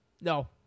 No